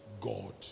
God